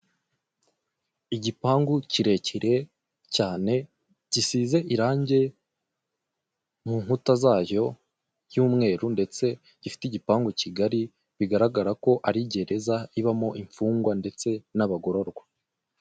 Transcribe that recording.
Igipamgu kirekire cyane gisize irange mu nkuta zayo ry'umweru ndetse gifite igipangu kigari bigaragara ko ari gereza ibamo imfungwa ndetse n'abagororwa.